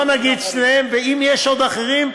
נגיד את שתיהן, ואם יש עוד אחרים,